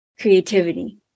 creativity